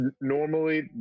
normally